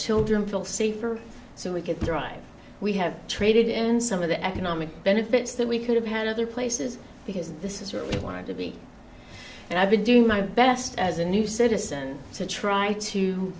children feel safer so we could drive we have traded in some of the economic benefits that we could have had other places because this is where we want to be and i've been doing my best as a new citizen to try to